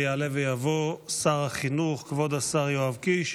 יעלה ויבוא שר החינוך, כבוד השר יואב קיש.